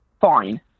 fine